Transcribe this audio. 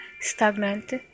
stagnant